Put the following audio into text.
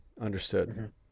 understood